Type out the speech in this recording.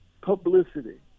publicity